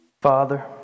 Father